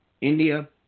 India